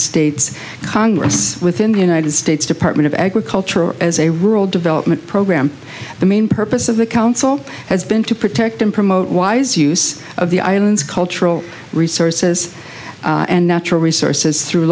states congress within the united states department of agriculture as a rural development program the main purpose of the council has been to protect and promote wise use of the island's cultural resources and natural resources through